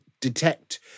detect